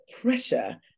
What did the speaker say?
pressure